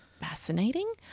fascinating